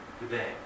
today